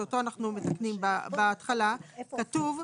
שאותו אנחנו מתקנים בהתחלה, כתוב: